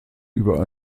über